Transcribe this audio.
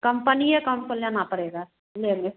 company का हमको लेना पड़ेगा लेंगे